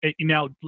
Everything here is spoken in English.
Now